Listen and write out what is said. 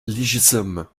légitime